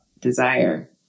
desire